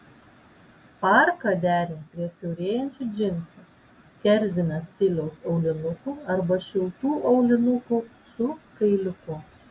parką derink prie siaurėjančių džinsų kerzinio stiliaus aulinukų arba šiltų aulinukų su kailiuku